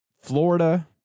Florida